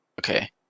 Okay